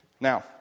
Now